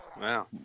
Wow